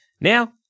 Now